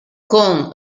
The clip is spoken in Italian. con